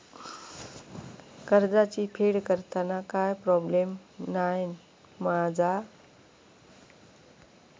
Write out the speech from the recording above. कर्जाची फेड करताना काय प्रोब्लेम नाय मा जा?